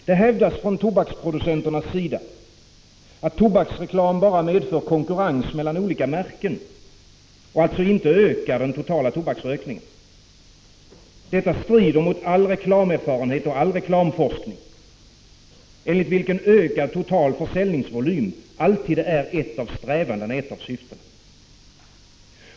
Det hävdas från tobaksproducenternas sida, att tobaksreklam bara medför konkurrens mellan olika märken och alltså inte ökar den totala tobaksrökningen. Detta strider mot all reklamerfarenhet och all reklamforskning, enligt vilken ökad total försäljningsvolym alltid är ett av strävandena.